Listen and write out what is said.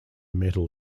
metal